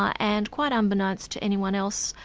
ah and quite unbeknownst to anyone else,